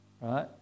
right